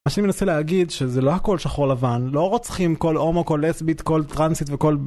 מה שאני מנסה להגיד שזה לא הכל שחור לבן, לא רוצחים כל הומו, כל לסבית, כל טרנסית וכל...